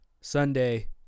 Sunday